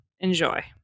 Enjoy